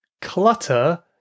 Clutter